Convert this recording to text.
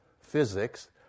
physics